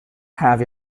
have